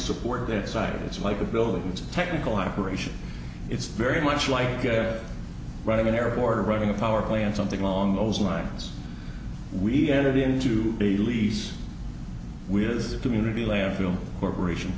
support their side it's like a building technical operation it's very much white running an airport or running a power plant something along those lines we entered into the lease with a community landfill corporation